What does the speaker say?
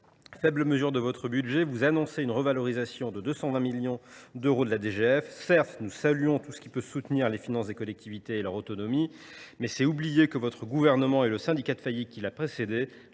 Faible mesure de votre budget, vous annoncez une revalorisation de 220 millions d’euros de la DGF. Certes, nous saluons tout ce qui peut soutenir les finances des collectivités et leur autonomie. Mais c’est oublier que ce gouvernement et le syndicat de faillite qui l’a précédé,